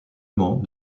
mans